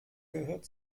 gehört